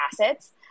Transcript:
assets